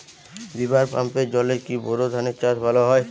River পাম্পের জলে কি বোর ধানের চাষ ভালো হয়?